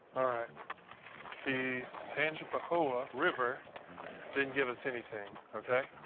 ah the tangipahoa river didn't give us anything, okay?